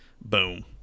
Boom